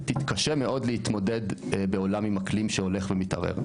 תתקשה מאוד להתמודד בעולם עם אקלים שהולך ומתערער,